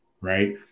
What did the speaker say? right